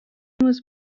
was